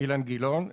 אילן גילאון.